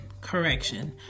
Correction